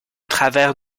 travers